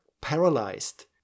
paralyzed